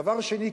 דבר שני,